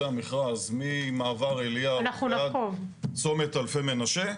המכרז ממעבר אליהו ועד צומת אלפי מנשה.